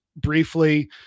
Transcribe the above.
briefly